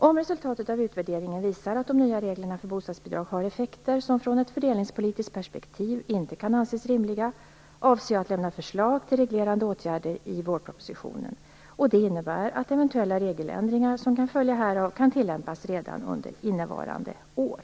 Om resultatet av utvärderingen visar att de nya reglerna för bostadsbidrag har effekter som från ett fördelningspolitiskt perspektiv inte kan anses rimliga, avser jag att lämna förslag till reglerande åtgärder i vårpropositionen. Det innebär att eventuella regeländringar som kan följa härav kan tillämpas redan under innevarande år.